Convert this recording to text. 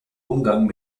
umgang